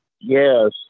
Yes